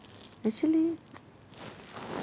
actually